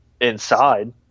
inside